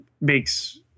makes